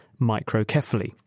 microcephaly